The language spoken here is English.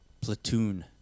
platoon